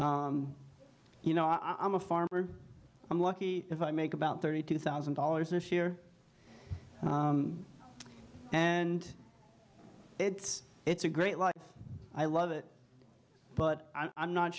us you know i'm a farmer i'm lucky if i make about thirty two thousand dollars this year and it's it's a great life i love it but i'm not